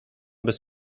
bez